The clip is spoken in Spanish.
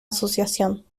asociación